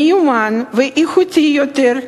מיומן ואיכותי יותר,